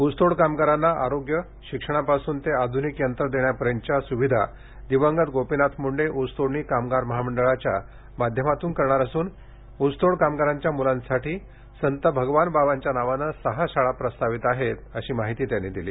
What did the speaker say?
ऊसतोड कामगारांना आरोग्य शिक्षणापासून ते आध्निक यंत्र देण्यापर्यंतच्या सुविधा दिवंगत गोपीनाथ मुंडे ऊसतोडणी कामगार महामंडळाच्या माध्यमातून करणार असून ऊसतोड कामगारांच्या म्लांसाठी संत भगवान बाबांच्या नावाने सहा शाळा प्रस्तावित आहेत अशी माहितीही त्यांनी दिली